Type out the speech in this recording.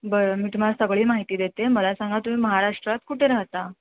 बरं मी तुम्हाला सगळी माहिती देते मला सांगा तुम्ही महाराष्ट्रात कुठे राहता